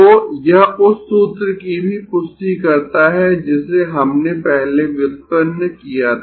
तो यह उस सूत्र की भी पुष्टि करता है जिसे हमने पहले व्युत्पन्न किया था